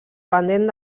pendent